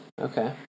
Okay